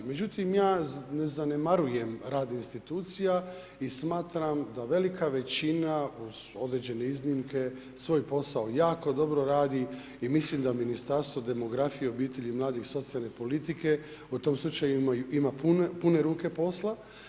Međutim, ja ne zanemarujem rad institucija i smatram da velika većina uz određene iznimke svoj posao jako dobro radi i mislim da Ministarstvo demografije, obitelji, mladih i socijalne politike o tom slučaju ima pune ruke posla.